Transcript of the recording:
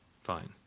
Fine